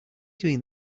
doing